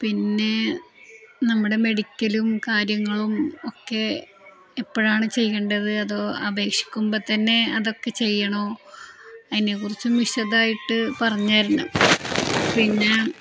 പിന്നെ നമ്മുടെ മെഡിക്കലും കാര്യങ്ങളും ഒക്കെ എപ്പോഴാണ് ചെയ്യേണ്ടത് അതോ അപേക്ഷിക്കുമ്പം തന്നെ അതൊക്കെ ചെയ്യണോ അതിനെ കുറിച്ച് വിശദമായിട്ടു പറഞ്ഞു തരണം പിന്നെ